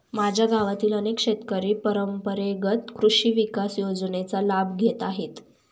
माझ्या गावातील अनेक शेतकरी परंपरेगत कृषी विकास योजनेचा लाभ घेत आहेत